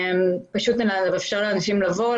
פשוט לאפשר לאנשים לבוא,